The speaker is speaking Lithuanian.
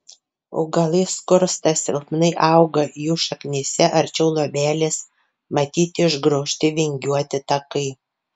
augalai skursta silpnai auga jų šaknyse arčiau luobelės matyti išgraužti vingiuoti takai